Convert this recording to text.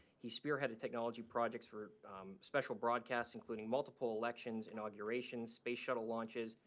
he spearheaded technology projects for special broadcasts including multiple elections, inaugurations, space shuttle launches,